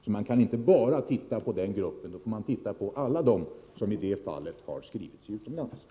Man kan således inte bara titta på den gruppen, utan man får titta på alla dem som skrivit sig utomlands.